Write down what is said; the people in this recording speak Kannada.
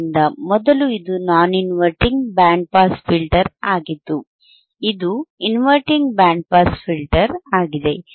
ಆದ್ದರಿಂದ ಮೊದಲು ಇದು non inverting band pass filter ಆಗಿತ್ತು ಇದು ಇನ್ವರ್ಟಿಂಗ್ ಬ್ಯಾಂಡ್ ಪಾಸ್ ಫಿಲ್ಟರ್ ಆಗಿದೆ